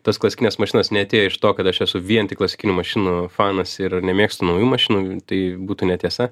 tos klasikinės mašinos neatėjo iš to kad aš esu vien tik klasikinių mašinų fanas ir nemėgstu naujų mašinų tai būtų netiesa